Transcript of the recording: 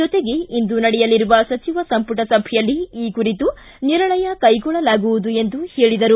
ಜೊತೆಗೆ ಇಂದು ನಡೆಯಲಿರುವ ಸಚಿವ ಸಂಪುಟ ಸಭೆಯಲ್ಲಿ ಈ ಕುರಿತು ನಿರ್ಣಯ ಕೈಗೊಳ್ಳಲಾಗುವುದು ಎಂದು ಹೇಳಿದರು